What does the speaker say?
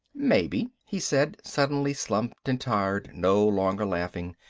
maybe, he said, suddenly slumped and tired, no longer laughing.